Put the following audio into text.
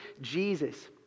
Jesus